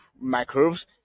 microbes